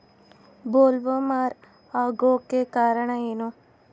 Bollworm ಆಗೋಕೆ ಕಾರಣ ಏನು?